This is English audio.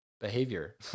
behavior